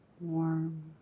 warm